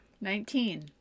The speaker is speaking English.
Nineteen